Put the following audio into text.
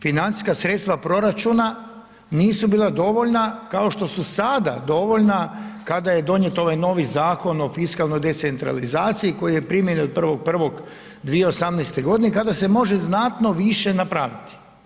Financijska sredstava proračuna nisu bila dovoljna, kao što su sada dovoljna kada je donijet ovaj novi Zakon o fiskalnoj decentralizaciji koji je u primjeni od 1.1.2018. godine i kada se može znatno više napraviti.